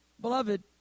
beloved